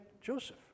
Joseph